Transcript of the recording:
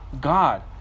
God